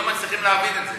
הם לא מצליחים להבין את זה.